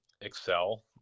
excel